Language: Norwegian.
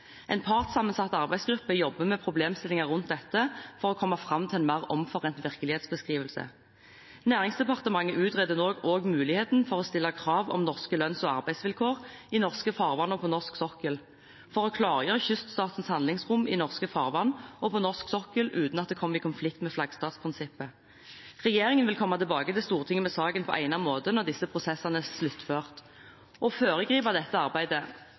En partssammensatt arbeidsgruppe jobber med problemstillinger rundt dette for å komme fram til en mer omforent virkelighetsbeskrivelse. Næringsdepartementet utreder nå mulighetene for å stille krav om norske lønns- og arbeidsvilkår i norske farvann og på norsk sokkel for å klargjøre kyststatens handlingsrom i norske farvann og på norsk sokkel uten at det kommer i konflikt med flaggstatsprinsippet. Regjeringen vil komme tilbake til Stortinget med saken på egnet måte når disse prosessene er sluttført. Å foregripe dette arbeidet,